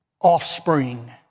offspring